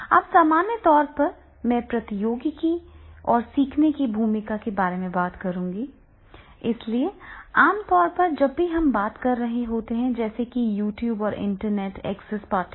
अब सामान्य तौर पर मैं प्रौद्योगिकी और सीखने की भूमिका के बारे में बात करूंगा इसलिए आमतौर पर जब भी हम बात कर रहे होते हैं जैसे कि YouTube और इंटरनेट एक्सेस पाठ्यक्रम